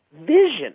vision